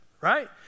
right